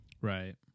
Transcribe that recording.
Right